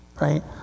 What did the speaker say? Right